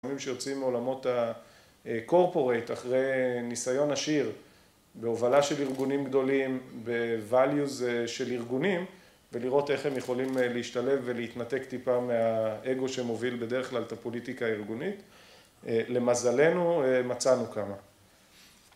יזמים שרוצים מעולמות הקורפורט אחרי ניסיון עשיר בהובלה של ארגונים גדולים, ב-values של ארגונים, ולראות איך הם יכולים להשתלב ולהתנתק טיפה מהאגו שמוביל בדרך כלל את הפוליטיקה הארגונית. למזלנו, מצאנו כמה.